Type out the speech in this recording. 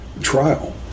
trial